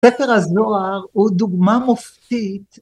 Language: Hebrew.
ספר הזוהר הוא דוגמה מופתית